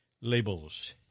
labels